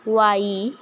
Wai